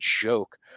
joke